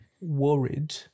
worried